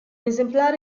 esemplare